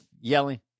yelling